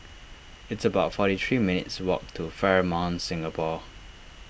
it's about forty three minutes' walk to Fairmont Singapore